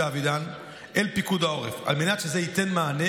אבידן אל פיקוד העורף על מנת שייתן מענה,